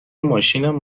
ماشینم